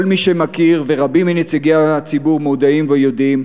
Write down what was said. כל מי שמכיר, ורבים מנציגי הציבור מודעים ויודעים,